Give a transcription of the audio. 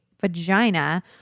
vagina